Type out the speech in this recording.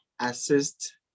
assist